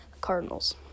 Cardinals